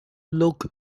look